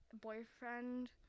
boyfriend